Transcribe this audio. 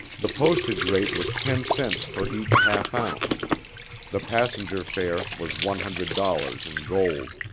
the postage rate was ten cents for each half ounce the passenger fare was one hundred dollars in gold.